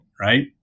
right